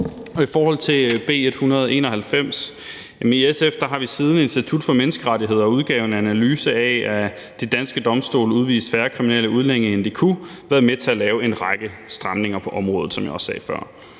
I forhold til B 191 har vi i SF, siden Institut for Menneskerettigheder udgav en analyse af, at de danske domstole udviste færre kriminelle udlændinge, end de kunne, været med til at lave en række stramninger på området, som jeg også sagde før.